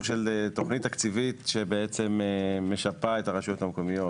של תכנית תקציבית שמשפה את הרשויות המקומיות.